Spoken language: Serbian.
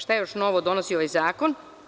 Šta još novo donosi ovaj zakon?